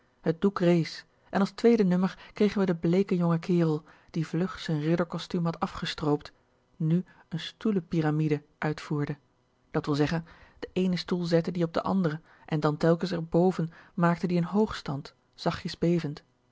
het doek rees en als tweede nummer kregen we den bleeken jongen kerel die vlug z'n ridderkostuum had afgestroopt nu een stoelen piramide uitvoerde dat wil zeggen den eenen stoel zette die op den ander en dan telkens er bven maakte die n hoog stand zachtjes bevend